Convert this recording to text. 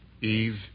Eve